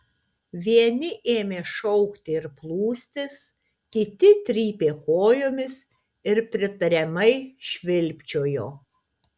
vieni ėmė šaukti ir plūstis kiti trypė kojomis ir pritariamai švilpčiojo